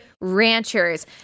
Ranchers